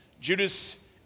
Judas